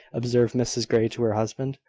observed mrs grey to her husband,